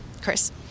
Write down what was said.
Chris